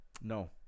No